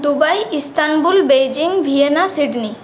Dubai Istanbul Beijing Vienna Sydney